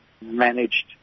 managed